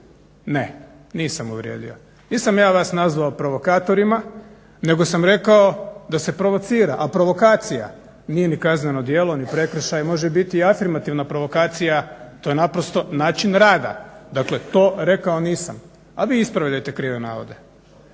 Ne, nisam uvrijedio. Nisam ja vas nazvao provokatorima nego sam rekao da se provocira, a provokacija nije ni kazneno djelo ni prekršaj, može biti afirmativna provokacija. To je naprosto način rada. Dakle, to rekao nisam, a vi ispravljajte krive navode.